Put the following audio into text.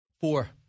Four